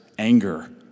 Anger